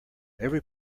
every